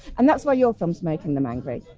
and that's why your films making them angry.